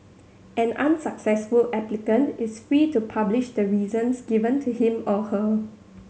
an unsuccessful applicant is free to publish the reasons given to him or her